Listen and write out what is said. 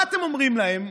מה אתם אומרים להם?